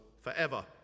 forever